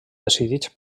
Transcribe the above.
decidits